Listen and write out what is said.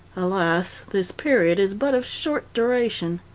alas! this period is but of short duration.